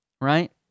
right